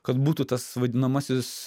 kad būtų tas vadinamasis